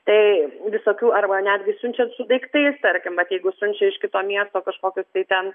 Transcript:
tai visokių arba netgi siunčiant su daiktais tarkim vat jeigu siunčia iš kito miesto kažkokius tai ten